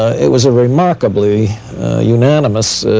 it was a remarkably unanimous